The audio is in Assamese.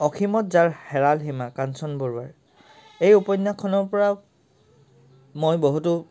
অসীমত যাৰ হেৰাল সীমা কাঞ্চন বৰুৱাৰ এই উপন্যাসখনৰ পৰা মই বহুতো